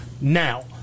Now